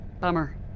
bummer